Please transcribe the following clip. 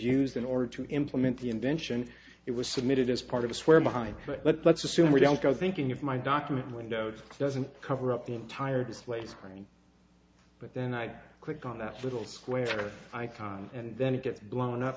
used in order to implement the invention it was submitted as part of a square behind but let's assume we don't go thinking of my document window doesn't cover up the entire display screen but then i'd click on that little square icon and then it gets blown up